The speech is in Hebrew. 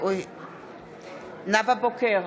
נאוה בוקר,